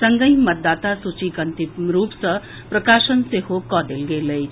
संगहि मतदाता सूचीक अंतिम रूप सँ प्रकाशन सेहो कऽ देल गेल अछि